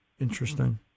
Interesting